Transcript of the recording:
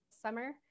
summer